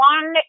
One